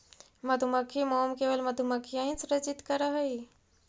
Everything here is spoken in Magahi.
मधुमक्खी मोम केवल मधुमक्खियां ही सृजित करअ हई